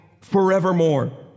forevermore